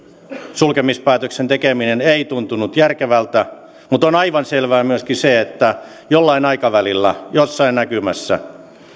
sulkemispäätöksen tekeminen ei tuntunut järkevältä on aivan selvää myöskin se että jollain aikavälillä jossain näkymässä